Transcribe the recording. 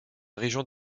région